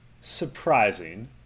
surprising